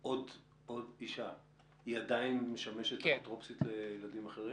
היא עדיין משמשת אפוטרופוסית לילדים אחרים?